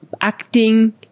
acting